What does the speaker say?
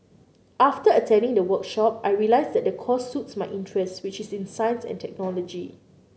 after attending the workshop I realised that the course suits my interest which is in science and technology